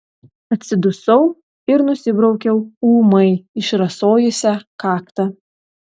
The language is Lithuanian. atsidusau ir nusibraukiau ūmai išrasojusią kaktą